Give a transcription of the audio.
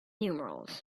numerals